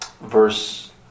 verse